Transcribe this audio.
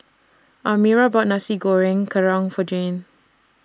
Almira bought Nasi Goreng Kerang For Jayne